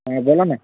हां बोला ना